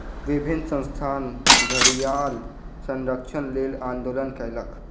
विभिन्न संस्थान घड़ियाल संरक्षणक लेल आंदोलन कयलक